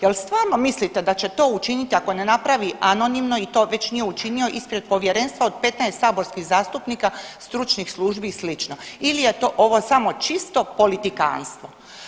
Jel stvarno mislite da će to učiniti ako ne napravi anonimno i to već nije učinio ispred povjerenstva od 15 saborskih zastupnika, stručnih službi i sl. ili je to ovo samo čisto politikantstvo?